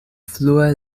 flue